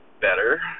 better